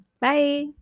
Bye